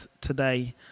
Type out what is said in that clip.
today